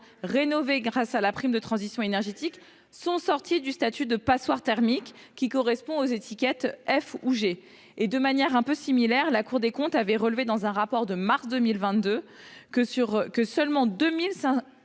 rénovés grâce à la prime de transition énergétique ont perdu le statut de passoire thermique, qui correspond aux étiquettes F ou G. Quel échec ! De manière un peu similaire, la Cour des comptes avait relevé dans un rapport de mars 2022 que seuls 2 500